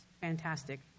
fantastic